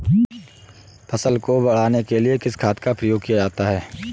फसल को बढ़ाने के लिए किस खाद का प्रयोग किया जाता है?